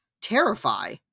terrify